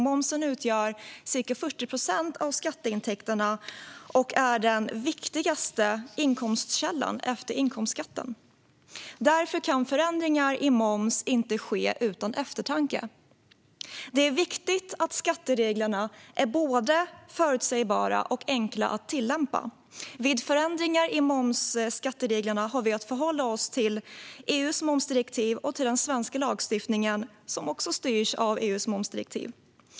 Momsen utgör ca 40 procent av skatteintäkterna och är den viktigaste inkomstkällan efter inkomstskatten. Därför kan förändringar i moms inte ske utan eftertanke. Det är viktigt att skattereglerna är både förutsägbara och enkla att tillämpa. Vid förändringar i momsskattereglerna har vi att förhålla oss till EU:s momsdirektiv och till den svenska lagstiftningen, som också styrs av EU:s momsdirektiv.